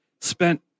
spent